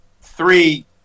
Three